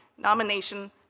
Nomination